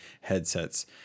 headsets